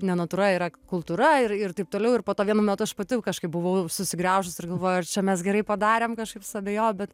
ne natūra yra kultūra ir ir taip toliau ir po to vienu metu aš pati kažkaip buvau susigriaužus ir galvojau ar čia mes gerai padarėm kažkaip suabejojau bet